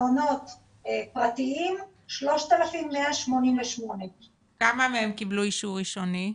מעונות פרטיים 3188. כמה מהם קיבלו אישור ראשוני?